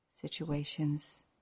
situations